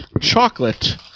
chocolate